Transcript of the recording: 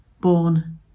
born